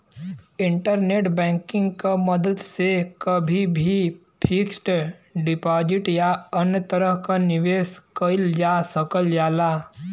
internet banking क मदद से कभी भी फिक्स्ड डिपाजिट या अन्य तरह क निवेश कइल जा सकल जाला